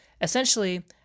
Essentially